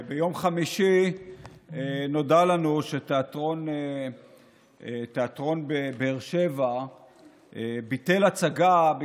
ביום חמישי נודע לנו שתיאטרון באר שבע ביטל הצגה,